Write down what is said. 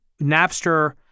Napster